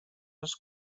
els